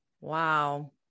Wow